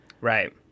Right